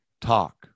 talk